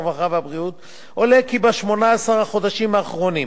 הרווחה והבריאות עולה כי ב-18 החודשים האחרונים